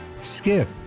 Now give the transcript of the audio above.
Skip